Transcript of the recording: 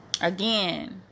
Again